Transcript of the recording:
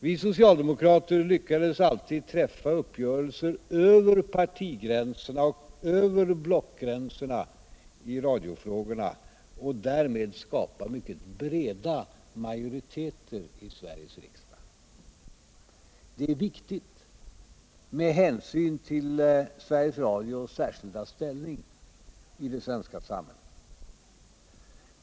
Vi socialdemokrater lyckades alltid träffa uppgörelser över partigränserna och över blockgränserna i radiofrågorna och därmed skapa mycket breda majoriteter i Sveriges riksdag. Det är viktigt med hänsyn till Sveriges Radios särskilda ställning i det svenska samhället.